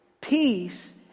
peace